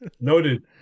noted